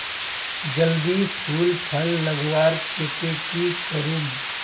जल्दी फूल फल लगवार केते की करूम?